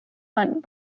hunt